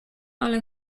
ale